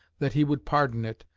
that he would pardon it,